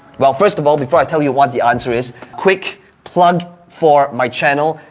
well first of all, before i tell you what the answer is, quick plug for my channel,